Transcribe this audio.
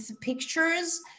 pictures